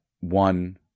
one –